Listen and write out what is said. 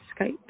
Skype